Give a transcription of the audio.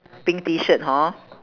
pink T-shirt hor